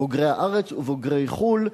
בוגרי הארץ ובוגרי חו"ל,